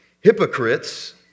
hypocrites